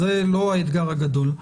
זה לא האתגר הגדול.